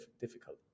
difficult